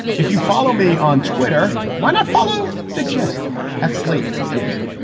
if you follow me on twitter, why not follow the gist at slate gist?